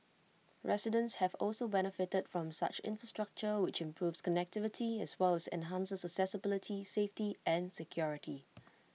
residents have also benefited from such infrastructure which improves connectivity as well as enhances accessibility safety and security